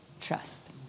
trust